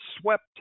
swept